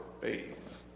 faith